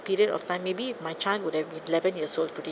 period of time maybe my child would have been eleven years old today